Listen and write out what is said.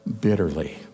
bitterly